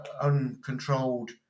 uncontrolled